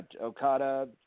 Okada